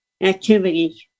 activities